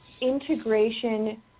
integration